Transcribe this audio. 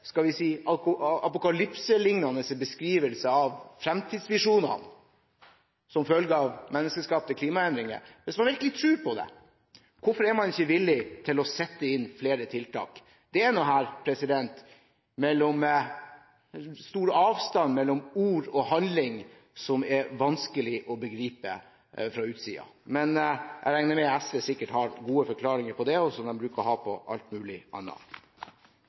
skal vi si, apokalypseliknende beskrivelse av fremtidsvisjoner som følge av menneskeskapte klimaendringer, hvorfor er man da ikke villig til å sette inn flere tiltak? Det er her en stor avstand mellom ord og handling som er vanskelig å begripe fra utsiden. Men jeg regner med at SV sikkert har gode forklaringer på det, som de bruker å ha på alt mulig